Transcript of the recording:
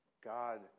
God